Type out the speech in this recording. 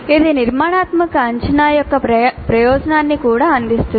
ఇది నిర్మాణాత్మక అంచనా యొక్క ప్రయోజనాన్ని కూడా అందిస్తుంది